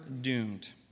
doomed